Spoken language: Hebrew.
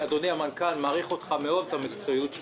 אדוני המנכ"ל, אני מעריך מאד את המקצועיות שלך.